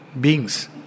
beings